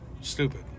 stupid